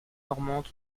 normande